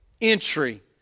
entry